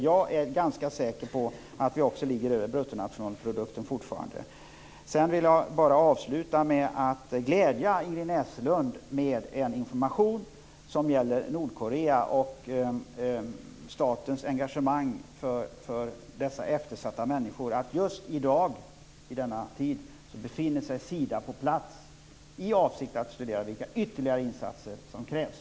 Jag är ganska säker på att vi fortfarande ligger över BNP. Jag kan avslutningsvis glädja Ingrid Näslund med information om Nordkorea och statens engagemang för dessa eftersatta människor. Just i dag vid denna tidpunkt befinner sig folk från Sida på plats i avsikt att studera vilka ytterligare insatser som krävs.